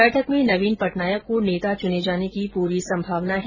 बैठक में नवीन पटनायक को नेता चुने जाने की पूरी सम्भावना है